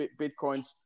Bitcoins